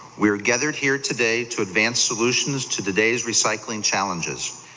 we are gathered here today to advance solutions to today's recycling challenges.